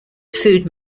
food